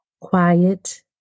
Quiet